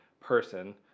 person